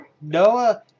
Noah